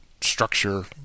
structure